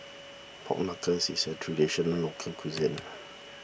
Pork Knuckle is a Traditional Local Cuisine